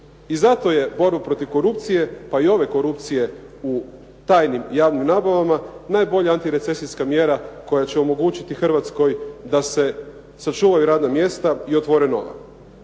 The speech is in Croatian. I zato je borbu protiv korupcije, pa i ove korupcije u tajnim javnim nabavama najbolja antirecesijska mjera koja će omogućiti Hrvatskoj da se sačuvaju radna mjesta i otvore nova.